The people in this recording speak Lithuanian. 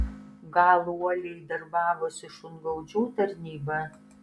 gal uoliai darbavosi šungaudžių tarnyba